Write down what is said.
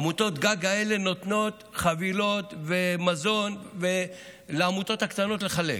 עמותות הגג האלה נותנות חבילות ומזון לעמותות הקטנות לחלק.